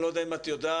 אני לא יודע אם את יודעת,